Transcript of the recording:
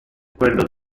quello